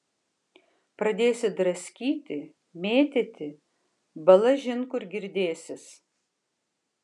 pradėsi draskyti mėtyti balažin kur girdėsis